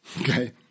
okay